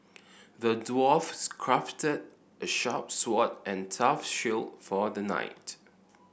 the dwarfs crafted a sharp sword and tough shield for the knight